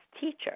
teacher